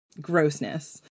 grossness